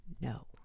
No